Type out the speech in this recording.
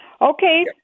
Okay